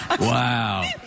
Wow